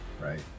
right